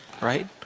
right